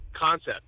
concept